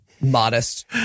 Modest